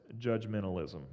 judgmentalism